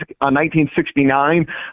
1969